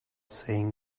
saying